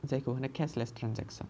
जायखौ होनो cashless transaction